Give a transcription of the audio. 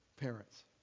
Parents